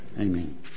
Amen